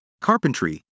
carpentry